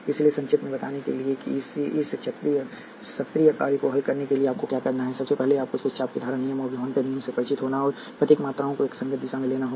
इसलिए संक्षेप में बताने के लिए कि इस सत्रीय कार्य को हल करने के लिए आपको क्या करना है सबसे पहले आपको किरचॉफ के धारा नियम और विभवांतर नियम से परिचित होना होगा और प्रत्येक में मात्राओं को एक संगत दिशा में लेना होगा